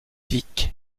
dick